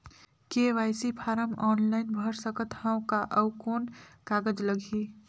KYC form online भर सकत हवं का? अउ कौन कागज लगही?